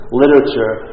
literature